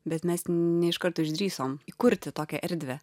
bet mes ne iš karto išdrįsom įkurti tokią erdvę